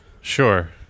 Sure